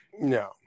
No